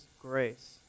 grace